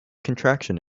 contraction